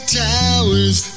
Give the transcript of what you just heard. towers